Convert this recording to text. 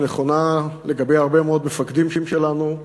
שהיא נכונה לגבי הרבה מאוד מפקדים שלנו,